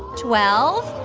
twelve,